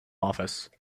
office